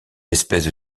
espèces